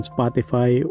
Spotify